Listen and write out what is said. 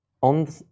on